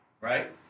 right